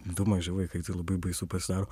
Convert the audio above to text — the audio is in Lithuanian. du maži vaikai tai labai baisu pasidaro